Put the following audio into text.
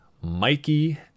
Mikey